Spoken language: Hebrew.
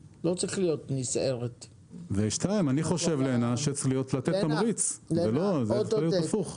אני חושב שצריך לתת תמריץ ולא הפוך.